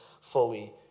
fully